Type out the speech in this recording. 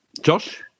Josh